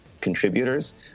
contributors